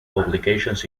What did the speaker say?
publications